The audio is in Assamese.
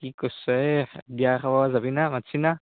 কি কৰছ এই বিয়া খাব যাবি না মাতছি না